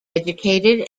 educated